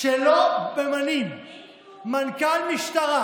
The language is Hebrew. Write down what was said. יש ביקורת שיפוטית על פעילות הממשלה,